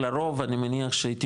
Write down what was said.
לרוב,